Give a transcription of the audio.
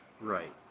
Right